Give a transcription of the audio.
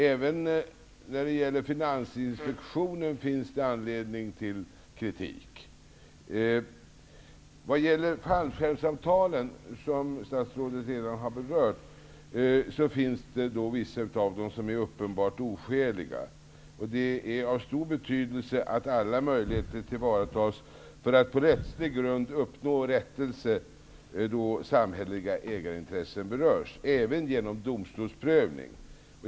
Även när det gäller Finansinspektionen finns det anledning till kritik. När det gäller fallskärmsavtalen, som statsrådet redan har berört, vill jag säga att vissa av dem är uppenbart oskäliga. Det är av stor betydelse att alla möjligheter tillvaratas för att på rättslig grund även genom domstolsprövning -- uppnå rättelse då samhälleliga ägarintressen berörs.